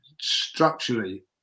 structurally